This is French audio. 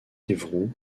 évroult